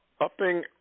upping